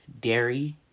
dairy